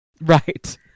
right